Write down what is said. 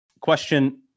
Question